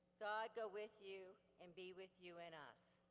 god go with you and be with you in us.